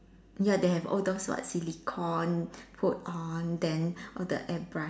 ya they have all those what silicon put on then all the airbrush